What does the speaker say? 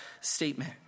statement